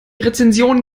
rezension